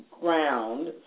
ground